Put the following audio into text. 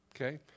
Okay